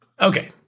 Okay